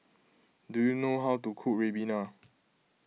do you know how to cook Ribena